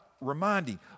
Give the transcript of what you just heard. reminding